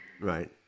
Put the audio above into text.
Right